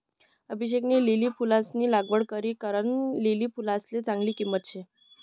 अभिषेकनी लिली फुलंसनी लागवड करी कारण लिली फुलसले चांगली किंमत शे